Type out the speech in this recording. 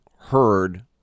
heard